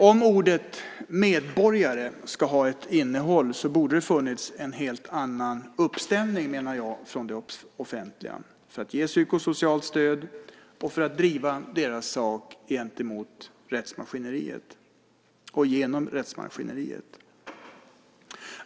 Om ordet "medborgare" ska ha ett innehåll borde det, menar jag, ha funnits en helt annan uppställning från det offentliga för att ge psykosocialt stöd och för att driva de drabbades sak gentemot, och genom, rättsmaskineriet.